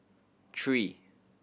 three